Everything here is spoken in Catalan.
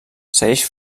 segueix